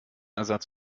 ersatz